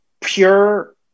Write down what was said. pure